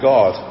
God